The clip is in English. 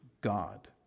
God